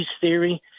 theory